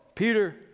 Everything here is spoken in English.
Peter